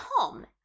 Tom